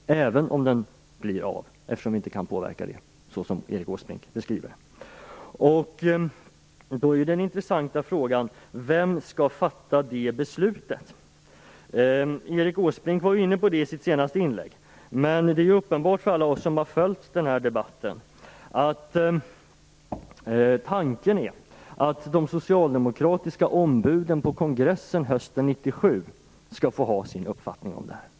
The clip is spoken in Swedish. Det gäller även om den blir av, eftersom vi inte kan påverka det, enligt Erik Åsbrinks beskrivning. Då är den intressanta frågan: Vem skall fatta det beslutet? Erik Åsbrink var ju inne på detta i sitt senaste inlägg. Men det är ju uppenbart för alla oss som har följt denna debatt att tanken är att de socialdemokratiska ombuden på kongressen hösten 1997 skall få ha sin uppfattning om detta.